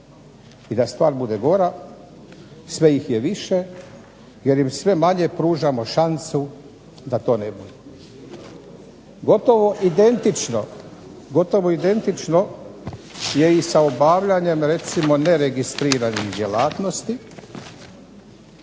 I da stvar bude gora, sve ih je više jer im sve manje pružamo šansu da to ne budu. Gotovo identično je i sa obavljanjem recimo neregistriranih djelatnosti.